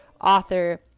author